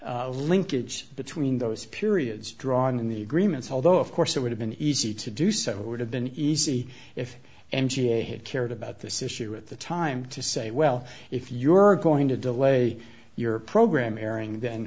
no linkage between those periods drawn in the agreements although of course it would have been easy to do so it would have been easy if n g a had cared about this issue at the time to say well if you are going to delay your program airing then